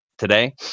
today